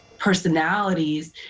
personalities,